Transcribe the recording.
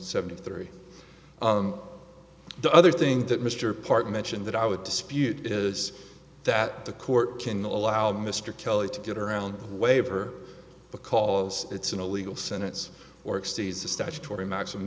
seventy three the other thing that mr parker mentioned that i would dispute is that the court can allow mr kelly to get around a waiver because it's an illegal senates or exceeds the statutory max